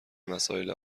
مسائل